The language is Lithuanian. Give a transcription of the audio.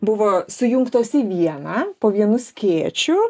buvo sujungtos į vieną po vienu skėčiu